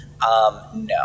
no